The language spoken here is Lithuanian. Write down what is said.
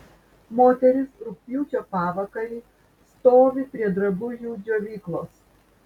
moteris rugpjūčio pavakarį stovi prie drabužių džiovyklos